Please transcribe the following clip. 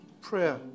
Prayer